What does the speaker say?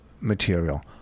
material